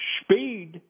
speed